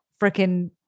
freaking